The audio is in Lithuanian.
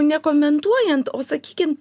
nekomentuojant o sakykim